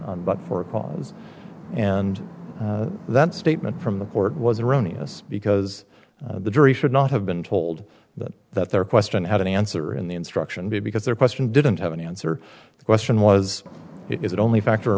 but for cause and that statement from the court was erroneous because the jury should not have been told that that their question had an answer in the instruction because their question didn't have an answer the question was is it only factor